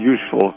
useful